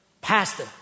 pastor